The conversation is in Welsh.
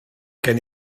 gen